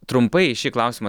trumpai į šį klausimą